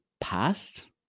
past